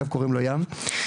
קוראים לו ים,